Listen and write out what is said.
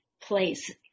place